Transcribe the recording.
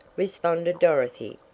responded dorothy,